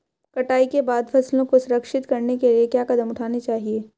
कटाई के बाद फसलों को संरक्षित करने के लिए क्या कदम उठाने चाहिए?